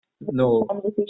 No